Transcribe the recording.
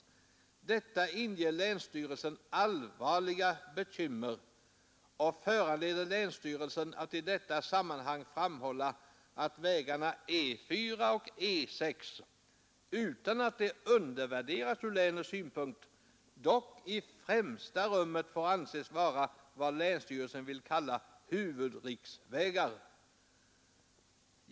”Detta inger länsstyrelsen allvarliga bekymmer och föranleder länsstyrelsen att i detta sammanhang framhålla att vägarna E4 och E6 utan att de undervärderas ur länets synpunkt dock i främsta rummet får anses vara vad länsstyrelsen vill kalla huvudriksvägar.